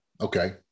okay